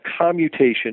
commutation